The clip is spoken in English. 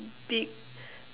big